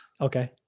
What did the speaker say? okay